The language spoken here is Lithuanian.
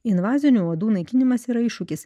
invazinių uodų naikinimas yra iššūkis